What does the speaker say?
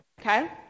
okay